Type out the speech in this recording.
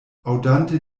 aŭdante